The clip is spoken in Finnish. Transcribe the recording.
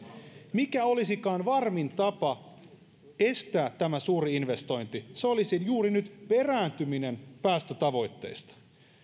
mikä olisikaan varmin tapa estää tämä suuri investointi se olisi juuri nyt perääntyminen päästötavoitteista